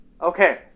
Okay